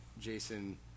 Jason